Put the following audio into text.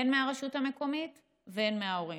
הן מהרשות המקומית והן מההורים,